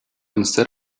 instead